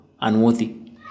unworthy